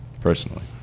personally